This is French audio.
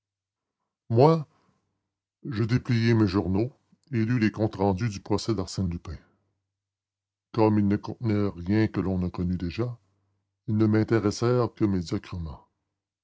moi je dépliai mes journaux et lus les comptes rendus du procès d'arsène lupin comme ils ne contenaient rien que l'on ne connût déjà ils ne m'intéressèrent que médiocrement